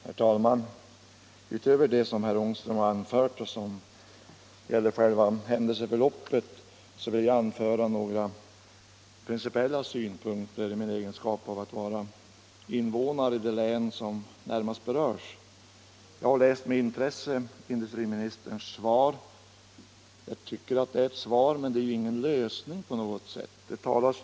Herr talman! Utöver det som herr Ångström har fört fram och som gäller själva händelseförloppet vill jag anföra några principiella synpunkter i min egenskap av invånare i det län som närmast berörs. Jag har med intresse läst industriministerns svar — det är ett svar men ger ingen lösning på problemet.